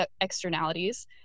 externalities